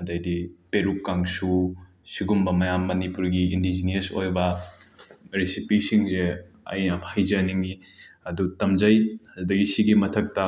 ꯑꯗꯒꯤꯗꯤ ꯄꯦꯔꯨꯛ ꯀꯥꯡꯁꯨ ꯑꯁꯤꯒꯨꯝꯕ ꯃꯌꯥꯝ ꯃꯅꯤꯄꯨꯔꯒꯤ ꯏꯟꯗꯤꯖꯤꯅ꯭ꯌꯁ ꯑꯣꯏꯕ ꯔꯦꯁꯤꯄꯤꯁꯤꯡꯁꯦ ꯑꯩ ꯌꯥꯝꯅ ꯍꯩꯖꯅꯤꯡꯏ ꯑꯗꯨ ꯇꯝꯖꯩ ꯑꯗꯒꯤ ꯁꯤꯒꯤ ꯃꯊꯛꯇ